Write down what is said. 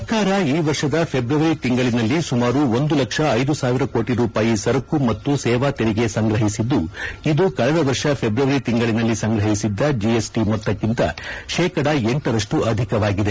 ಸರ್ಕಾರ ಈ ವರ್ಷದ ಫೆಬ್ರವರಿ ತಿಂಗಳಿನಲ್ಲಿ ಸುಮಾರು ಒಂದು ಲಕ್ಷ ಐದು ಸಾವಿರ ಕೋಟಿ ರೂಪಾಯಿ ಸರಕು ಮತ್ತು ಸೇವಾ ತೆರಿಗೆ ಸಂಗ್ರಹಿಸಿದ್ದು ಇದು ಕಳೆದ ವರ್ಷ ಫೆಬ್ರವರಿ ತಿಂಗಳಿನಲ್ಲಿ ಸಂಗ್ರಹಿಸಿದ್ದ ಜಿಎಸ್ ಟಿ ಮೊತ್ತಕ್ಕಿಂತ ಶೇಕಡಾ ಎಂಟರಷ್ಟು ಅಧಿಕವಾಗಿದೆ